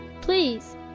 Please